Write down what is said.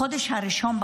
מהחודש הראשון,